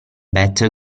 better